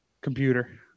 computer